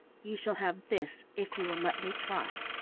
you shall have this if you will let me try.